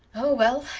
oh, well,